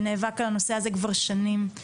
שנאבק על הנושא הזה כבר שנים.